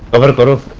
a little bit of